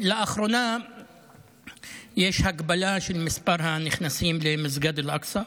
לאחרונה יש הגבלה של מספר הנכנסים למסגד אל-אקצא,